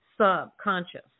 subconscious